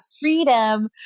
freedom